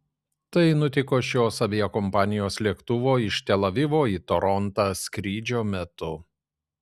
tai nutiko šios aviakompanijos lėktuvo iš tel avivo į torontą skrydžio metu